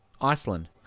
Iceland